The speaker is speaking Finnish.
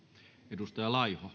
arvoisa